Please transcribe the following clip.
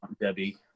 Debbie